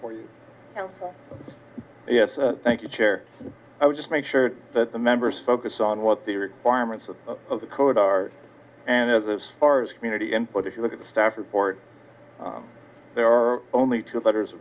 for you yes thank you chair i would just make sure that the members focus on what the requirements of the code are and as far as community input if you look at the staff report there are only two letters